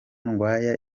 ndwanya